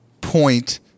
point